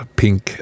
pink